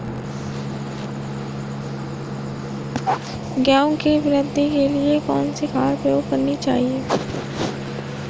गेहूँ की वृद्धि के लिए कौनसी खाद प्रयोग करनी चाहिए?